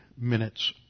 minutes